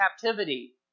captivity